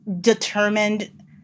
determined